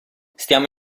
stiamo